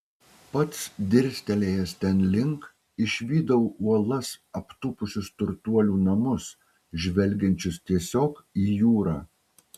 pats dirstelėjęs ten link išvydau uolas aptūpusius turtuolių namus žvelgiančius tiesiog į jūrą